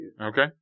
Okay